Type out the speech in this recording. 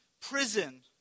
prison